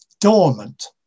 dormant